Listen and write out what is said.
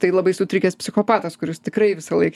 tai labai sutrikęs psichopatas kuris tikrai visąlaik